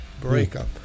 breakup